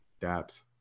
Dabs